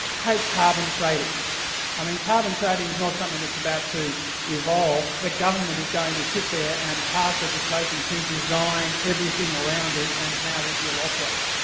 take carbon trading i mean carbon trading is not something that's about to evolve but government is going to sit there and pass legislation to design everything around it and how it will operate.